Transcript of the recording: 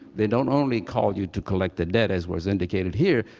they don't only call you to collect the debt, as was indicated here,